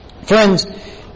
Friends